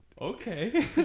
okay